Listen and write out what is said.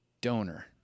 donor